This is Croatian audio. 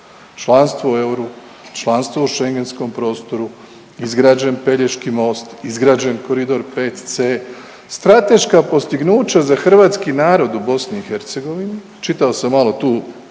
članstvo u euru, članstvo u Schengenskom prostoru, izgrađen Pelješki most, izgrađen koridor pet C, strateška postignuća za hrvatski narod u BiH. Čitao sam malo tu